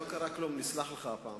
לא קרה כלום, נסלח לך הפעם.